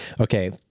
okay